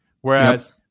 Whereas